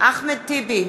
אחמד טיבי,